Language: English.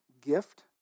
gift